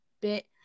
bit